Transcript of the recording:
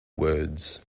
words